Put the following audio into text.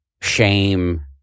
shame